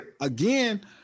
Again